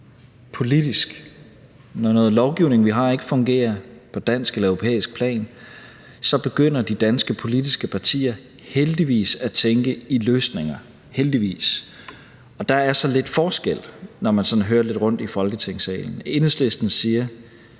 politisk, at når noget lovgivning, vi har, ikke fungerer på dansk eller europæisk plan, så begynder de danske politiske partier heldigvis at tænke i løsninger – heldigvis. Der er så lidt forskel, når man sådan hører lidt rundt i Folketingssalen. Enhedslisten siger: